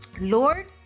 Lord